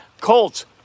Colts